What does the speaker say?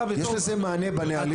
יש לזה מענה בנהלים.